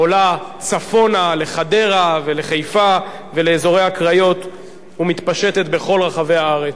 עולה צפונה לחדרה ולחיפה ולאזורי הקריות ומתפשטת בכל רחבי הארץ.